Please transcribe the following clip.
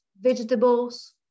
vegetables